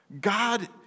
God